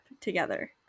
together